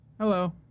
Hello